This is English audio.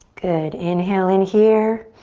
good, inhale in here.